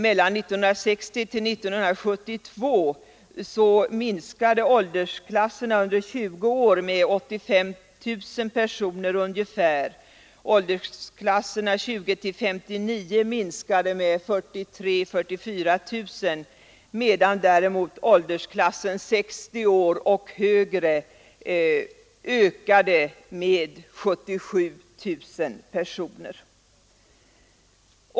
Mellan 1960 och 1972 minskade åldersklasserna under 20 år med ungefär 85 000 personer i skogslänen. Åldersklasserna 20 till 59 år minskade med 44 000 personer medan däremot åldersklassen 60 år och högre ökade med 77 000 personer.